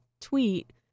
tweet